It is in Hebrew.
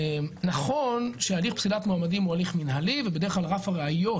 נכון שהליך פסילת מועמדים הוא הליך מנהלי ובדרך כלל רף הראיות